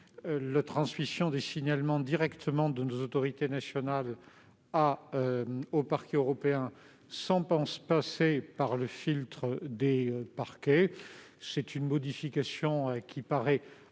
la transmission des signalements directement de nos autorités nationales au Parquet européen sans passer par le filtre des parquets. Une telle modification paraît